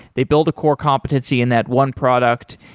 they build a core competency in that one product.